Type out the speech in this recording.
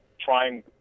trying